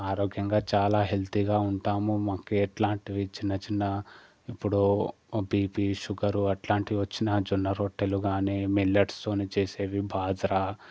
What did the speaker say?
ఆరోగ్యంగా చాలా హెల్తీగా ఉంటాము మాకు ఎట్లాంటివి చిన్న చిన్న ఇప్పుడు బీపీ షుగరు అట్లాంటివి వచ్చినా జొన్న రొట్టెలు గానీ మిల్లెట్స్తోని చేసేవి బాజ్రా